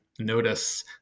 notice